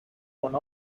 one